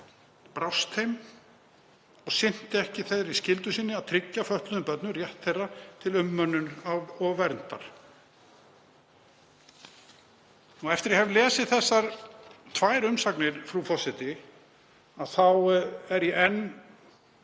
brást þeim og sinnti ekki þeirri skyldu sinni, að tryggja fötluðum börnum rétt þeirra til umönnunar og verndar.“ Eftir að ég hef lesið þessar tvær umsagnir, frú forseti, er ég enn